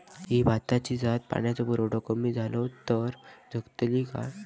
ही भाताची जात पाण्याचो पुरवठो कमी जलो तर जगतली काय?